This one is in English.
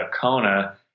Kona